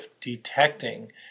detecting